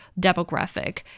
demographic